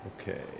Okay